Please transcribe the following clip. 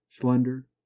slender